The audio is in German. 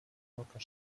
yorker